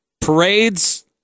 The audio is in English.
parades